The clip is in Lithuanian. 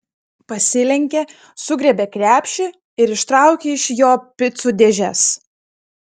pasilenkė sugriebė krepšį ir ištraukė iš jo picų dėžes